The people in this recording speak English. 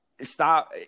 stop